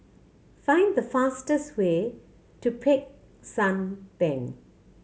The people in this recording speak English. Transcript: find the fastest way to Peck San Theng